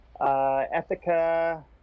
Ethica